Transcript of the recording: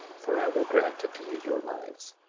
for i will grant unto you your lives,